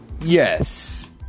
Yes